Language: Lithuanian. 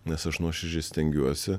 nes aš nuoširdžiai stengiuosi